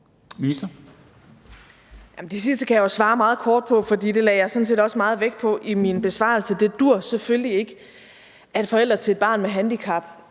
Det sidste kan jeg jo svare meget kort på, for det lagde jeg sådan set også meget vægt på i min besvarelse. Det duer selvfølgelig ikke, at forældre til et barn med handicap